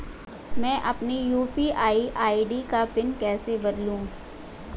मैं अपनी UPI ID का पिन कैसे बदलूं?